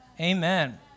Amen